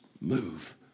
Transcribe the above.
move